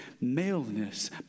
maleness